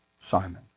Simon